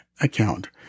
Account